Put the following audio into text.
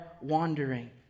wandering